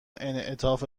انعطاف